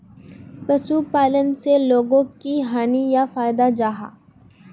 पशुपालन से लोगोक की हानि या फायदा जाहा?